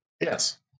Yes